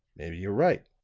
maybe you're right,